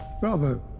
Bravo